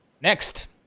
Next